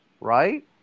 Right